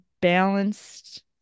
balanced